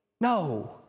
No